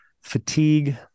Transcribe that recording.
fatigue